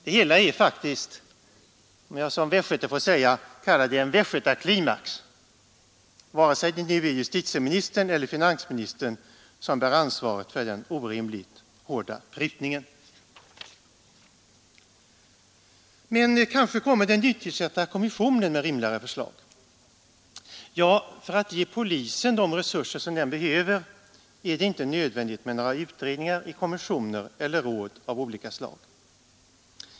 Det hela är faktiskt — om jag som västgöte får använda det ordet — en västgötaklimax, vare sig det nu är justitieministern eller finansministern som bär ansvaret för den orimligt hårda prutningen. Kanske kommer den nytillsatta kommissionen med rimligare förslag. Men för att ge polisen de resurser den behöver är det inte nödvändigt med utredningar i kommissioner eller råd av olika slag.